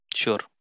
sure